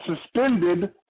suspended